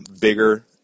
bigger